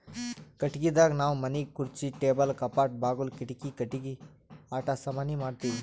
ಕಟ್ಟಿಗಿದಾಗ್ ನಾವ್ ಮನಿಗ್ ಖುರ್ಚಿ ಟೇಬಲ್ ಕಪಾಟ್ ಬಾಗುಲ್ ಕಿಡಿಕಿ ಕಟ್ಟಿಗಿ ಆಟ ಸಾಮಾನಿ ಮಾಡ್ತೀವಿ